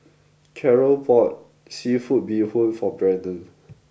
Carroll bought Seafood Bee Hoon for Brennon